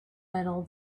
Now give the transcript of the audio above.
metal